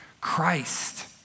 Christ